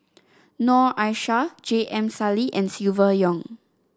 Noor Aishah J M Sali and Silvia Yong